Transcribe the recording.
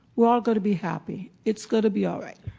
we're all going to be happy. it's going to be alright.